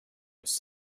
was